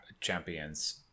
Champions